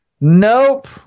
Nope